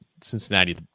Cincinnati